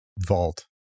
vault